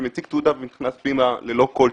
מציג תעודה ונכנס פנימה ללא כל תיקוף.